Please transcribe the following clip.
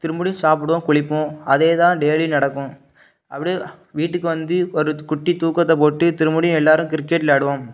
திரும்படியும் சாப்பிடுவோம் குளிப்போம் அதே தான் டெய்லி நடக்கும் அப்டி வீட்டுக்கு வந்து ஒரு குட்டி தூக்கத்தை போட்டு திரும்படியும் எல்லோரும் கிரிக்கெட் விளாடுவோம்